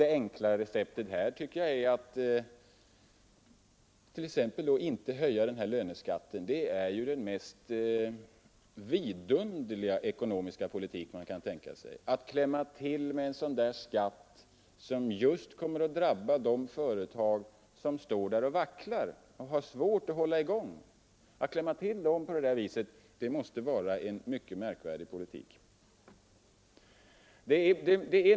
Det enkla receptet här tycker jag är att inte höja löneskatten. Det är ju den mest vidunderliga ekonomiska politik man kan tänka sig att klämma till med en sådan skatt som just kommer att drabba de företag som vacklar och har svårt att hålla i gång. Att sätta åt dem på detta sätt måste vara en mycket märkvärdig politik.